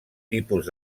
tipus